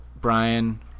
Brian